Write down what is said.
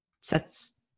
sets